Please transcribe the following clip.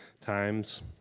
times